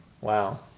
Wow